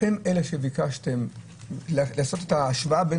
אתם אלה שביקשתם לעשות את ההשוואה בין